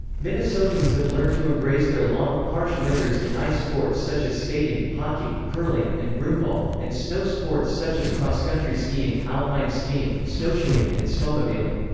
minnesotans have learned to embrace their long, harsh winters in ice sports such as skating, hockey, curling, and broomball, and snow sports such as cross-country skiing, alpine skiing, snowshoeing, and snowmobiling.